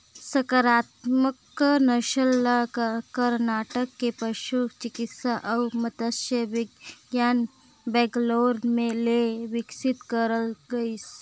संकरामक नसल ल करनाटक के पसु चिकित्सा अउ मत्स्य बिग्यान बैंगलोर ले बिकसित करल गइसे